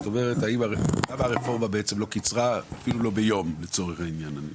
למה הרפורמה לא קיצרה אפילו לא ביום לצורך העניין.